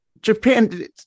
Japan